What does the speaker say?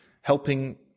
Helping